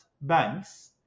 banks